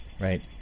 Right